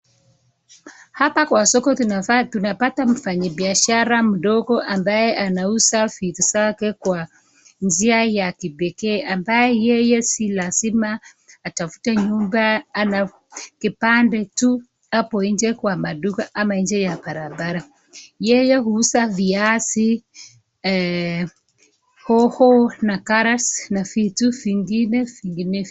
Hapa kwa soko tunapata mfanyi biashara mdogo ambye anauza vitu zake kwa njia ya kipekee ambaye yeye si lazima atafute nyumba ama kibanda hapo nje kwa maduka ama nje ya barabara yeye huuza viazi, hoho carrots[cs na vitu zingine vinginevyo.